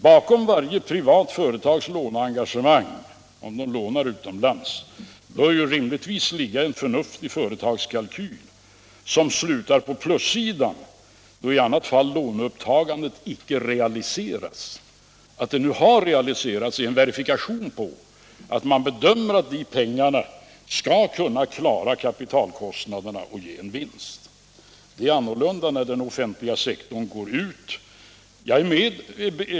Bakom varje privat företags låneengagemang — om de lånar utomlands — bör rimligtvis ligga en förnuftig företagskalkyl som slutar på plussidan, då i annat fall låneupptagandet icke realiseras. Att det nu har realiserats är en verifikation på att man bedömer att de lånade pengarna skall klara kapitalkostnaderna och ge vinst. Annorlunda är det när den offentliga sektorn går ut och lånar pengar.